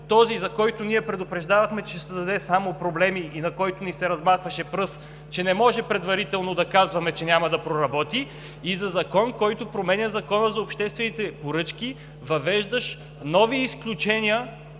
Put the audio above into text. този, за който ние предупреждавахме, че ще създаде само проблеми и за който ни се размахваше пръст, че не може предварително да казваме, че няма да проработи, и за закон, който променя Закона за обществените поръчки, въвеждащ нови изключения